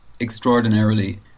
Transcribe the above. extraordinarily